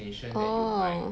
orh